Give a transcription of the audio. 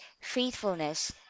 faithfulness